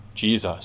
Jesus